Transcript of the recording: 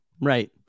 Right